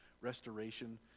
restoration